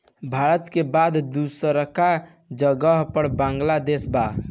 भारत के बाद दूसरका जगह पर बांग्लादेश बा